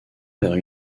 vers